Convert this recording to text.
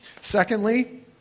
Secondly